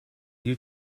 you